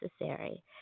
necessary